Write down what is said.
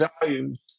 values